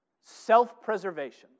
Self-preservation